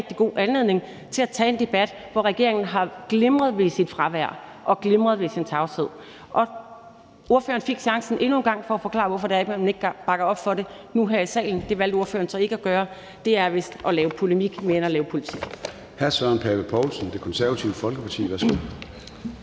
rigtig god anledning til at tage en debat, hvor regeringen har glimret ved sit fravær og glimret ved sin tavshed. Ordføreren fik endnu en gang chancen for at forklare her i salen, hvorfor det er, man ikke bakker op om det nu. Det valgte ordføreren så ikke at gøre. Det er vist mere at lave polemik end at lave politik.